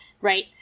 right